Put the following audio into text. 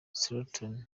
straton